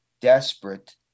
desperate